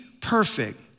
perfect